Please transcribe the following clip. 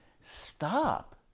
Stop